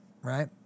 right